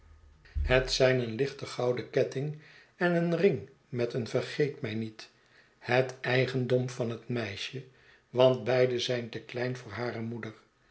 het zijn een lichte gouden ketting en een ring met een vergeet mij niet het eigendom van het meisje want beide zijn te klein voor hare moeder